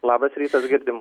labas rytas girdim